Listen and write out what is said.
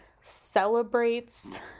celebrates